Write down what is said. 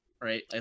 right